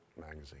magazine